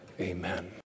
amen